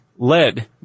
Lead